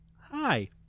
Hi